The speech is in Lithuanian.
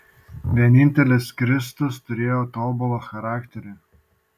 vienintelis kristus turėjo tobulą charakterį